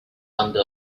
under